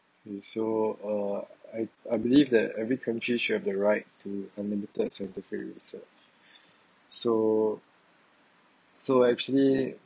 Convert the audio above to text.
kay so uh I I believe that every country should have the right to unlimited scientific research so so actually